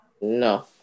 No